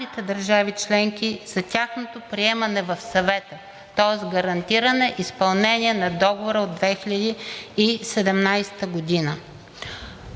държави членки след тяхното приемане в Съвета, тоест гарантиране изпълнение на Договора от 2017 г.